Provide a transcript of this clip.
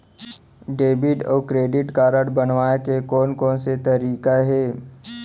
Debit अऊ credit card बनवाए के कोन कोन से तरीका हे?